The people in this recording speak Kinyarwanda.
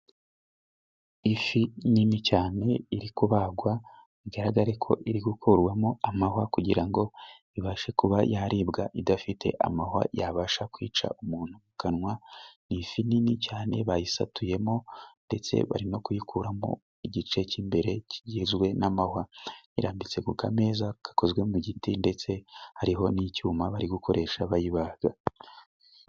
Ifi nini cyane iri kubagwa bigaragare ko iri gukurwamo amahwa kugira ngo ibashe kuba yaribwa idafite amahwa yabasha kwica umuntu mu kanwa, ni ifi nini cyane bayisatuyemo ndetse bari no kuyikuramo igice cy'imbere kigizwe n'amahwa, ni ifi nini cyane irarambitse ku ka meza kakozwe mu giti ndetse hariho n'icyuma bari gukoresha bayibaga.